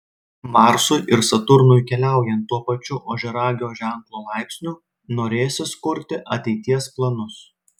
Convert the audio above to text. marsui ir saturnui keliaujant tuo pačiu ožiaragio ženklo laipsniu norėsis kurti ateities planus